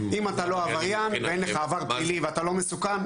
אם אתה לא עבריין ואין לך עבר פלילי ואתה לא מסוכן,